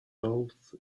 though